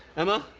emma,